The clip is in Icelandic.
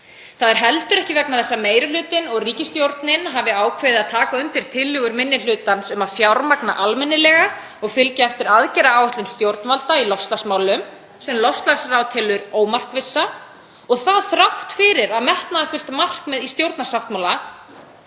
Það er heldur ekki vegna þess að meiri hlutinn og ríkisstjórnin hafi ákveðið að taka undir tillögur minni hlutans um að fjármagna almennilega og fylgja eftir aðgerðaáætlun stjórnvalda í loftslagsmálum, sem Loftslagsráð telur ómarkvissa og það þrátt fyrir að metnaðarfullt markmið í stjórnarsáttmála